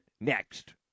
next